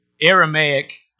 Aramaic